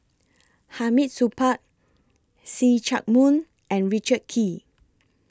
Hamid Supaat See Chak Mun and Richard Kee